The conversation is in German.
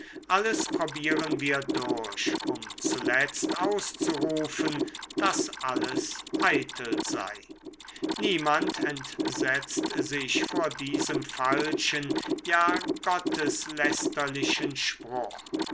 alles probieren wir durch um zuletzt auszurufen daß alles eitel sei niemand entsetzt sich vor diesem falschen ja gotteslästerlichen spruch